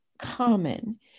common